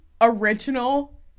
original